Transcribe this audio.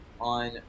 on